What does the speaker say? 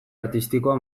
artistikoa